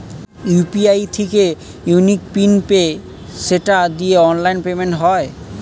UPI থিকে unique PIN পেয়ে সেটা দিয়ে অনলাইন পেমেন্ট হয়